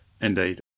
indeed